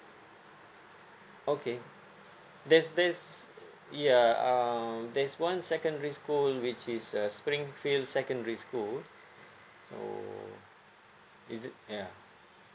okay there's there's yeah uh there's one secondary school which is uh springfield secondary school so is it yeah